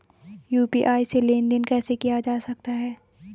UPI से लेनदेन कैसे किया जा सकता है?